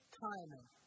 timing